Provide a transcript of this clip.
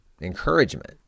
encouragement